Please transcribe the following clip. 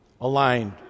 aligned